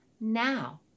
Now